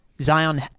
Zion